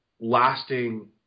lasting